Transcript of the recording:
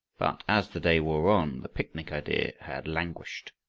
but as the day wore on, the picnic idea had languished,